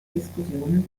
diskussionen